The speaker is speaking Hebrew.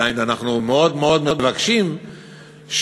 דהיינו אנחנו מאוד מאוד מבקשים שכאשר